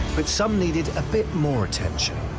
but some needed a bit more attention.